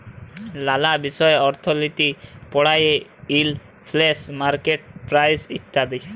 লালা বিষয় অর্থলিতি পড়ায়ে ইলফ্লেশল, মার্কেট প্রাইস ইত্যাদি